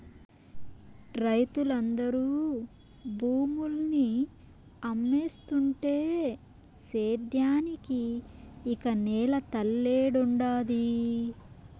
రైతులందరూ భూముల్ని అమ్మేస్తుంటే సేద్యానికి ఇక నేల తల్లేడుండాది